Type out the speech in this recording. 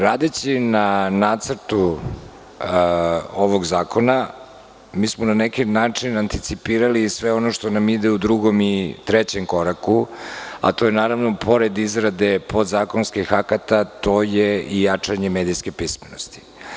Radeći na Nacrtu ovog zakona, mi smo na neki način anticipirali sve ono što nam ide u drugom i trećem koraku, a to je, naravno, pored izrade podzakonskih akata, i jačanje medijske pismenosti.